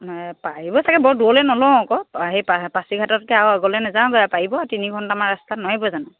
পাৰিব চাগে বৰ দূৰলৈ নলওঁ আকৌ সেই পাচিঘাটতকৈ আৰু আগলৈ নাযাওগৈ আৰু পাৰিব তিনি ঘণ্টামান ৰাস্তাত নোৱাৰিব জানো